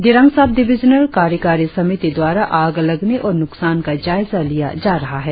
Dirang sub divisional कार्यकारी समिति द्वारा आग लगने और नुकसान का जायजा किया जा रहा है